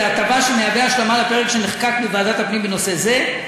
זו הטבה שמהווה השלמה לפרק שנחקק בוועדת הפנים בנושא זה.